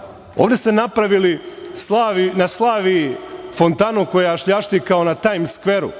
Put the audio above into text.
fora. Ovde ste napravili na Slaviji fontanu koja šljašti kao na Tajms skveru,